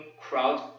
crowd